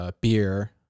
beer